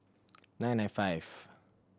nine nine five